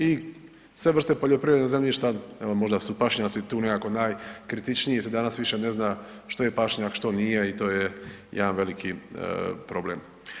I sve vrste poljoprivrednog zemljišta, evo možda su pašnjaci tu nekako najkritičniji jel se danas više ne zna što je pašnjak, što nije i to je jedan veliki problem.